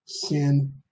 Sin